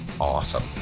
awesome